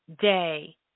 day